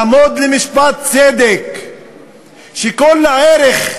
לעמוד למשפט צדק שכל ערך